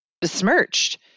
besmirched